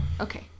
Okay